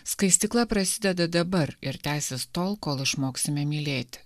skaistykla prasideda dabar ir tęsis tol kol išmoksime mylėti